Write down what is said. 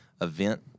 event